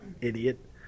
idiot